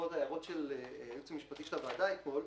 בעקבות ההערות של הייעוץ המשפטי של הוועדה אתמול.